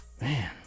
man